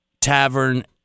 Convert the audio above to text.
tavern